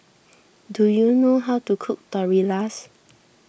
do you know how to cook Tortillas